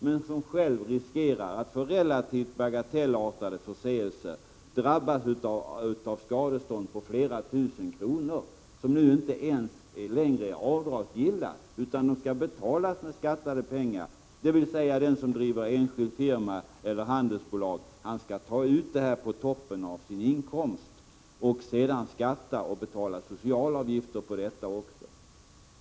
men som själv riskerar att för relativt bagatellartade förseelser drabbas av skadestånd på flera tusen kronor, som nu inte längre ens är avdragsgilla utan skall betalas med beskattade pengar, dvs. den som driver enskild firma eller handelsbolag skall ta ut det beloppet på toppen av sin inkomst och sedan skatta och betala sociala avgifter på det.